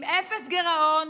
עם אפס גירעון,